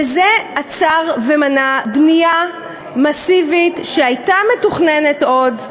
וזה עצר ומנע בנייה מסיבית שהייתה מתוכננת עוד,